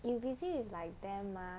you busy with like them mah